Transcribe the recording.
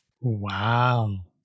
Wow